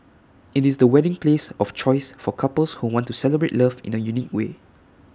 IT is the wedding place of choice for couples who want to celebrate love in A unique way